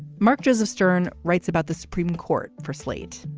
mark joseph stern writes about the supreme court for slate.